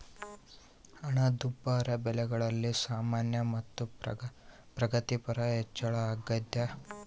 ಹಣದುಬ್ಬರ ಬೆಲೆಗಳಲ್ಲಿ ಸಾಮಾನ್ಯ ಮತ್ತು ಪ್ರಗತಿಪರ ಹೆಚ್ಚಳ ಅಗ್ಯಾದ